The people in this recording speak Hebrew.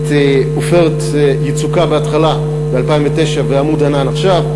את "עופרת יצוקה" בהתחלת 2009 ו"עמוד ענן" עכשיו.